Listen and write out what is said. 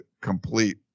complete